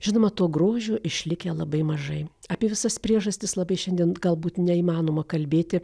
žinoma to grožio išlikę labai mažai apie visas priežastis labai šiandien galbūt neįmanoma kalbėti